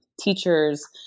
teachers